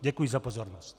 Děkuji za pozornost.